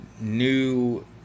new